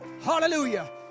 Hallelujah